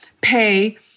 pay